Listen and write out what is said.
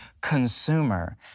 consumer